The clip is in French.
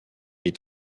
est